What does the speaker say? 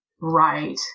right